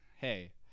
hey